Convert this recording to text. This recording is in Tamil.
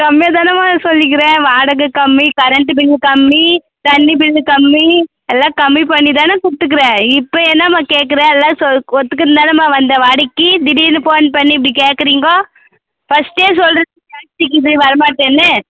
கம்மியாகத்தானம்மா சொல்லிக்கிறேன் வாடகை கம்மி கரண்ட்டு பில்லு கம்மி தண்ணி பில்லு கம்மி எல்லாம் கம்மி பண்ணி தான கூப்பிட்டுக்குறேன் இப்போ என்னாம்மா கேட்குற எல்லாம் சொ ஒத்துக்கின்னு தானேம்மா வந்த வாடகைக்கு திடீர்னு ஃபோன் பண்ணி இப்படி கேட்குறீங்கோ ஃபர்ஸ்ட்டே சொல்லுறது ஜாஸ்தி இக்குது வரமாட்டேன்னு